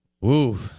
Woo